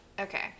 Okay